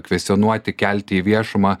kvestionuoti kelti į viešumą